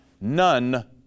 none